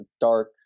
dark